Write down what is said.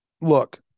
Look